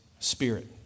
Spirit